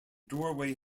doorway